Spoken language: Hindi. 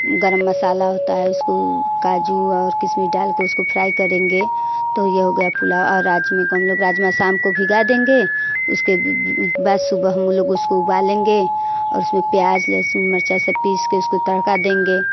गर्म मसाला होता है उसको काजू और किशमिश डाल कर उसको फ्राई करेंगे तो यह हो गया पुलाव और राजमे को हम लोग राजमा शाम को भिगा देंगे उसको बाद सुबह हम लोग उसको उबालेंगे और उसमें प्याज लहसुन मिर्च सब पीस कर उसको तड़का देंगे